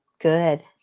Good